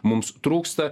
mums trūksta